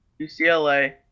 UCLA